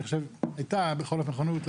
הייתה בכל אופן נכונות,